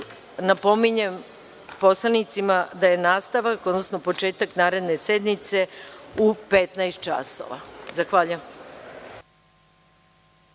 napominjem poslanicima da je nastavak, odnosno početak naredne sednice u 15.00 časova.